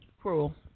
cruel